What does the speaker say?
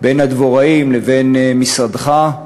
בין הדבוראים לבין משרדך.